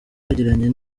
yagiranye